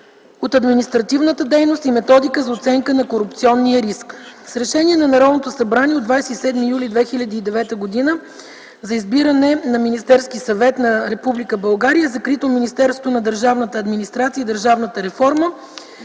от административната дейност и Методика за оценка на корупционния риск. С Решение на Народното събрание от 27 юли 2009 г. за избиране на Министерски съвет на Република България е закрито Министерството на държавната администрация и административната реформа.